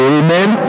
amen